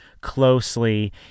closely